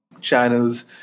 channels